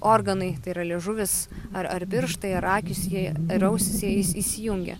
organai tai yra liežuvis ar ar pirštai ar akys jie ar ausys jie įsijungia